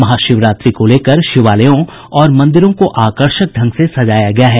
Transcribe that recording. महाशिवरात्रि को लेकर शिवालयों और मंदिरों को आकर्षक ढंग से सजाया गया है